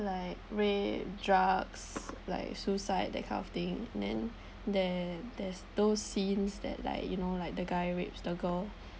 like rape drugs like suicide that kind of thing then then there's those scenes that like you know like the guy raped the girl